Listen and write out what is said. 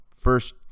first